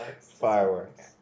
fireworks